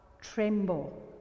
tremble